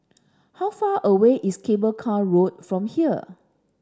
how far away is Cable Car Road from here